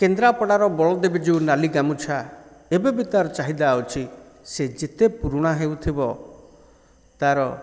କେଦ୍ରାପଡ଼ାର ବଲଦେବ୍ ଜୀଉ ନାଲି ଗାମୁଛା ଏବେ ବି ତା'ର ଚାହିଦା ଅଛି ସେ ଯେତେ ପୁରୁଣା ହେଉଥିବ ତା'ର